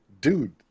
dude